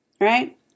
right